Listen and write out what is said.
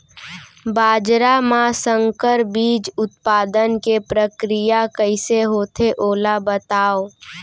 बाजरा मा संकर बीज उत्पादन के प्रक्रिया कइसे होथे ओला बताव?